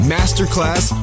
Masterclass